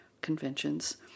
conventions